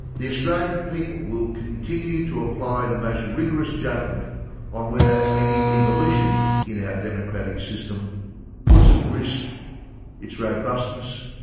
the australian people will continue to apply the most rigorous judgment on whether any evolution in our democratic system puts at risk its robustness,